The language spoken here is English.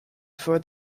for